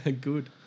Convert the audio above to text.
Good